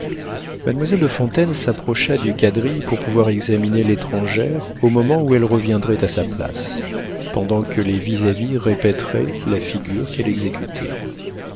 mademoiselle de fontaine s'approcha du quadrille pour pouvoir examiner l'étrangère au moment où elle reviendrait à sa place pendant que les vis-à-vis répéteraient la figure qu'elle exécutait